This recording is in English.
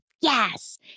yes